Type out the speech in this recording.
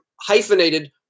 hyphenated